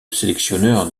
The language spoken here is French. sélectionneur